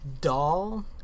doll